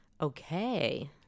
okay